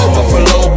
Buffalo